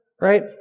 right